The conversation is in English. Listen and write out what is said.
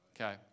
Okay